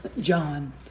John